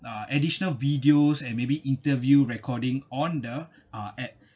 uh additional videos and maybe interview recording on the ah app